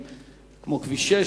כמו כביש 6,